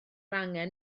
angen